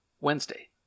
Wednesday